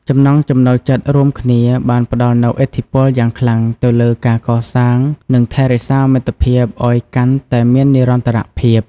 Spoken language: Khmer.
ចំណង់ចំណូលចិត្តរួមគ្នាបានផ្តល់នូវឥទ្ធិពលយ៉ាងខ្លាំងទៅលើការកសាងនិងថែរក្សាមិត្តភាពឲ្យកាន់តែមាននិរន្តរភាព។